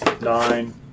Nine